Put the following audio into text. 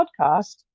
podcast